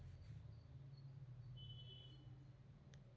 ಎರ್ಡ್ಸಾವರ್ದಾ ಇಪ್ಪತ್ತೆರ್ಡ್ ರ್ ಬಜೆಟ್ ನ್ಯಾಗ್ ಏನೈತಿ?